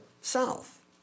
south